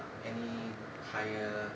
ah any higher